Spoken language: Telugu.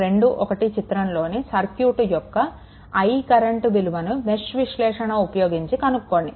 21 చిత్రంలోని సర్క్యూట్ యొక్క I కరెంట్ విలువని మెష్ విశ్లేషణ ఉపయోగించి కనుక్కోండి